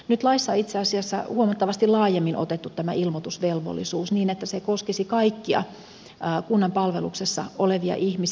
nyt laissa itse asiassa on huomattavasti laajemmin otettu tämä ilmoitusvelvollisuus niin että se koskisi kaikkia kunnan palveluksessa olevia ihmisiä